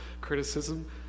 criticism